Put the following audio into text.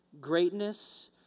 Greatness